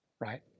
right